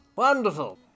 Wonderful